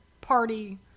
party